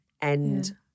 and-